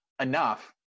enough